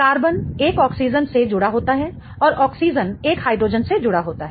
carbon एक oxygen से जुड़ा होता है और ऑक्सीजन एक हाइड्रोजन से जुड़ा होता है